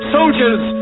Soldiers